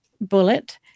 bullet